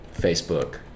facebook